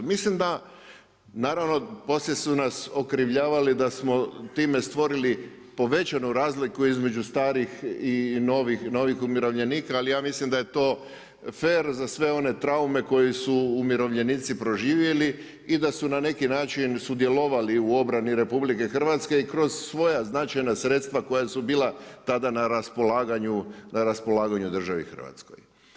Mislim da, naravno poslije su nas okrivljavali da smo time stvorili povećanu razliku između starih i novih umirovljenika, ali ja mislim da je to fer za sve one traume koje su umirovljenici proživjeli i da su na neki način sudjelovali u obrani Republike Hrvatske kroz svoja značajna sredstva koja su bila tada na raspolaganju u državi Hrvatskoj.